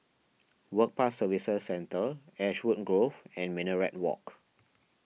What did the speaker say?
Work Pass Services Centre Ashwood Grove and Minaret Walk